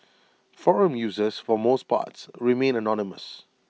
forum users for most parts remain anonymous